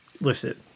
Listen